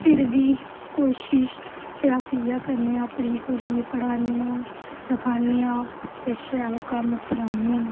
फिर बी कोशिश ते अस इयै करने आं कि अपनी कुड़ियां गी पढ़ानेआं लिखानेआं ते शैल कम्म करान्ने आं